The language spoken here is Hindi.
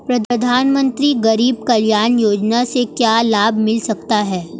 प्रधानमंत्री गरीब कल्याण योजना से क्या लाभ मिल सकता है?